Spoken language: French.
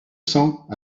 cent